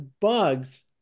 bugs